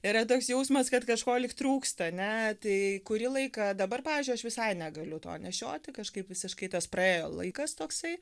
yra toks jausmas kad kažko lyg trūksta ane tai kurį laiką dabar pavyzdžiui aš visai negaliu to nešioti kažkaip visiškai tas praėjo laikas toksai